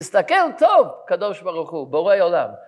הסתכל טוב, קדוש ברוך הוא, בורא עולם.